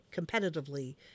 competitively